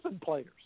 players